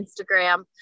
Instagram